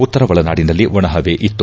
ಉತ್ತರ ಒಳನಾಡಿನಲ್ಲಿ ಒಣಹವೆ ಇತ್ತು